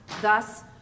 Thus